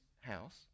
house